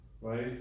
right